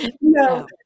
No